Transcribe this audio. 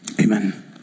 amen